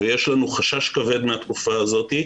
ויש לנו חשש כבד מהתקופה הזאת.